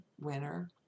winner